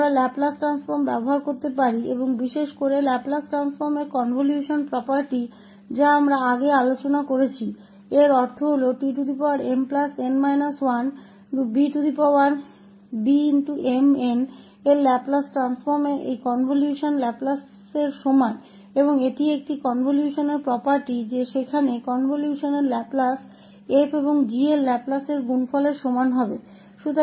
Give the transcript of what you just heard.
हम लाप्लास रूपान्तरण का उपयोग कर सकते हैं और विशेष रूप से लाप्लास ट्रांसफॉर्म की संकेंद्रित संपत्ति जिसकी हमने पहले चर्चा की है इसका मतलब है कि इस tmn 1Β𝑚 𝑛 का लाप्लास ट्रांसफॉर्म इस संकल्प के लाप्लास के बराबर है और यह एक कनवल्शन प्रॉपर्टी है कि वहां कनवल्शन का लैपलेस f और g के लैपलेस के गुणनफल के बराबर होगा